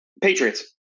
Patriots